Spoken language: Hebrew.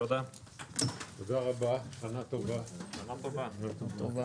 הישיבה ננעלה בשעה 12:45.